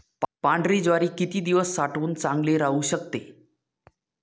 पांढरी ज्वारी किती दिवस साठवून चांगली राहू शकते?